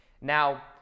Now